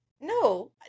no